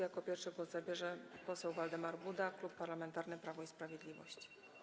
Jako pierwszy głos zabierze poseł Waldemar Buda, Klub Parlamentarny Prawo i Sprawiedliwość.